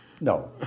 No